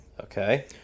Okay